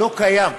לא קיים.